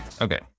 Okay